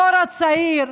הדור הצעיר,